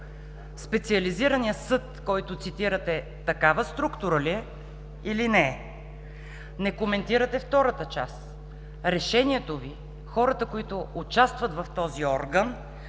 Специализираният съд, който цитирате, такава структура ли е, или не е? Не коментирате втората част – решението Ви, хората, които участват в този орган,